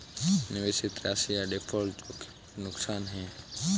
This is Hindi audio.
निवेशित राशि या डिफ़ॉल्ट जोखिम पर नुकसान है